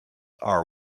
are